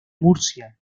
murcia